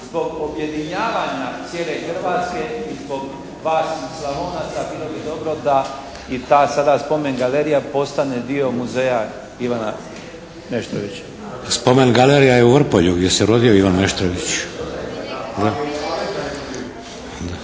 zbog objedinjavanja cijele Hrvatske i zbog vas Slavonaca bilo bi dobro da i ta sada spomen galerija postane dio muzeja "Ivana Meštrovića". **Šeks, Vladimir (HDZ)** Spomen galerija je u Vrpolju, gdje se rodio Ivan Meštrović.